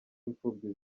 imfubyi